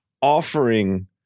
offering